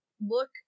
look